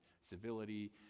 civility